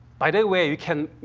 by that way, we can,